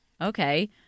okay